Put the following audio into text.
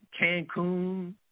Cancun